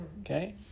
Okay